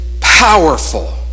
powerful